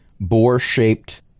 boar-shaped